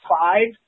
five